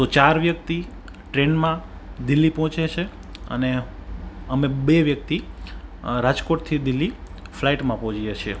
તો ચાર વ્યક્તિ ટ્રેનમાં દિલ્હી પહોંચે છે અને અમે બે વ્યક્તિ રાજકોટથી દિલ્હી ફ્લાઈટમાં પહોંચીએ છીએ